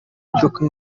modoka